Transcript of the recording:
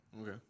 Okay